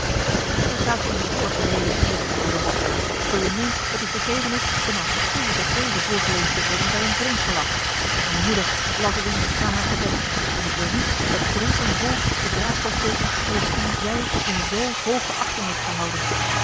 je verstaat geen woord van de heele schrift oude roffiaan zoo je meent dat die gegeven is om aan schoeljes als dezen voorgelezen te worden bij een drinkgelag mijne moeder las er in na haar gebed en ik wil niet dat dronken volk den draak zal steken met hetgeen zij in zoo hooge achting heeft gehouden